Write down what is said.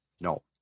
No